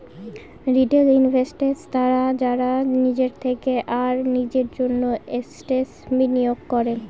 retail investors তারা যারা নিজের থেকে আর নিজের জন্য এসেটস বিনিয়োগ করে